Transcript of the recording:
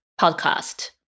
podcast